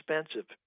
expensive